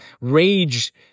rage –